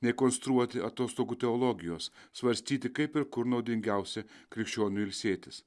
nei konstruoti atostogų teologijos svarstyti kaip ir kur naudingiausi krikščionių ilsėtis